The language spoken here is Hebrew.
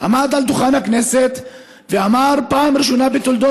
עמד על דוכן הכנסת ואמר: פעם ראשונה בתולדות